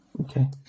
Okay